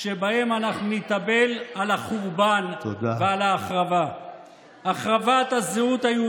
שבהם אנחנו נתאבל על החורבן ועל ההחרבה, תודה.